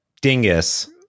dingus